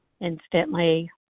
instantly